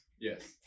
Yes